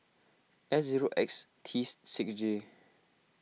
S zero X tees six J